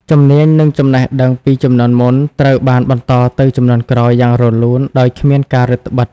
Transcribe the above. ជំនាញ និងចំណេះដឹងពីជំនាន់មុនត្រូវបានបន្តទៅជំនាន់ក្រោយយ៉ាងរលូន ដោយគ្មានការរឹតត្បិត។